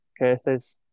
cases